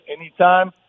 anytime